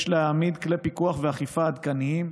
יש להעמיד כלי פיקוח ואכיפה עדכניים,